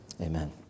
amen